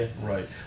Right